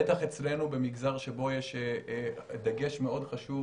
בטח אצלנו במגזר שבו יש דגש מאוד חשוב